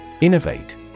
Innovate